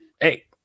hey